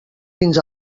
fins